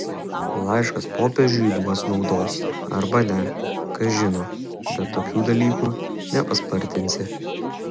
laiškas popiežiui duos naudos arba ne kas žino bet tokių dalykų nepaspartinsi